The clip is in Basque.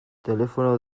telefono